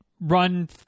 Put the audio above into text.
run